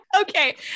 Okay